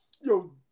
yo